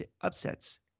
upsets